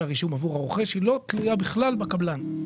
הרישום עבור הרוכש לא תלויה בכלל בקבלן.